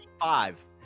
five